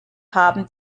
haben